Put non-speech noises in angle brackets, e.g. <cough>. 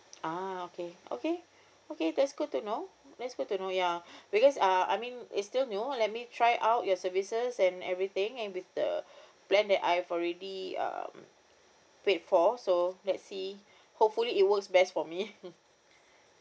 ah okay okay okay that's good to know that's good to know ya <breath> because uh I mean it's still new let me try out your services and everything and with the <breath> plan that I've already um paid for so let's see hopefully it works best for me <laughs>